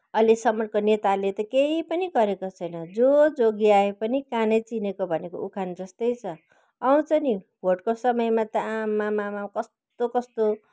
अहिलेसम्मको नेताले त केही पनि गरेको छैन जो जोगी आयो पनि कानै चिरेको भनेको उखान जस्तै छ आउँछ नि भोटको समयमा आमामामा कस्तो कस्तो